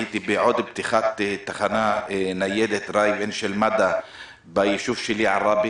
הייתי בעוד פתיחת תחנה ניידת של מד"א בישוב שלי עראבה.